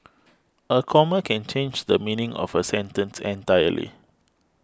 a comma can change the meaning of a sentence entirely